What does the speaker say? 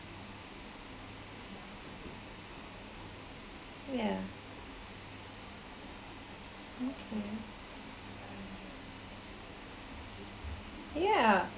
yeah okay yeah